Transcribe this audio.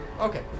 Okay